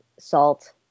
salt